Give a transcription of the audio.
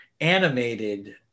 animated